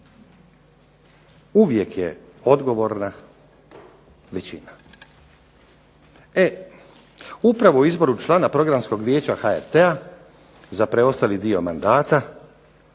uvijek je odgovorna većina. E upravo izboru člana Programskog vijeća HRT-a za preostali dio mandata,